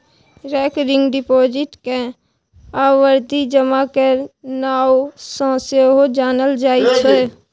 recurring deposit केँ आवर्ती जमा केर नाओ सँ सेहो जानल जाइ छै